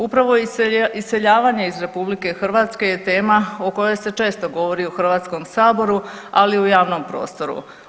Upravo iseljavanje iz RH je tema o kojoj se često govori u Hrvatskom saboru, ali i u javnom prostoru.